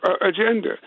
agenda